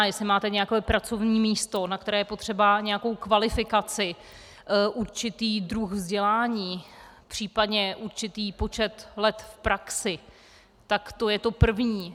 Jestli máte nějaké pracovní místo, na které je potřeba nějakou kvalifikaci, určitý druh vzdělání, případně určitý počet let v praxi, tak to je to první.